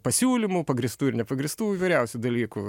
pasiūlymų pagrįstų ir nepagrįstų įvairiausių dalykų